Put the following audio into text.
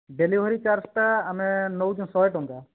delivery charge ଟା ଆମେ ନେଉଛୁ ଶହେ ଟଙ୍କା